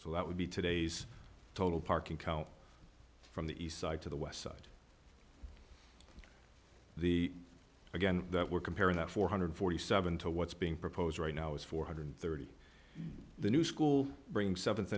so that would be today's total parking count from the east side to the west side the again that we're comparing that four hundred forty seven to what's being proposed right now is four hundred thirty the new school bringing seventh